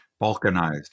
Balkanized